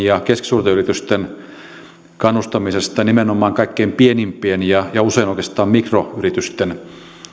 ja keskisuurten yritysten kannustamisesta nimenomaan kaikkein pienimpien ja usein oikeastaan mikroyritysten